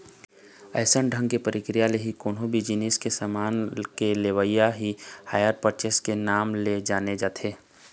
अइसन ढंग के प्रक्रिया ले ही कोनो भी जिनिस के समान के लेवई ल ही हायर परचेस के नांव ले जाने जाथे